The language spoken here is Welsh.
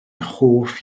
hoff